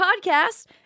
podcast